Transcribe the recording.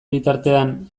bitartean